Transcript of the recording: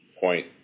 point